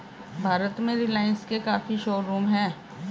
भारत में रिलाइन्स के काफी शोरूम हैं